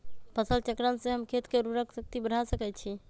फसल चक्रण से हम खेत के उर्वरक शक्ति बढ़ा सकैछि?